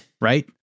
right